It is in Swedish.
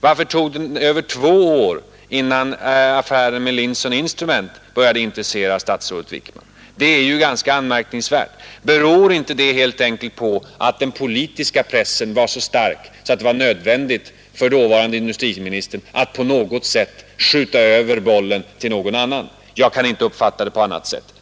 Varför tog det över två år innan affären med Linson Instrument började intressera statsrådet Wickman? Det är ju ganska anmärkningsvärt. Beror inte det helt enkelt på att den politiska pressen var så stark, att det var nödvändigt för dåvarande industriministern att på något sätt skjuta över bollen till någon annan? Jag kan inte uppfatta det på annat sätt.